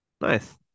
Nice